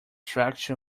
traction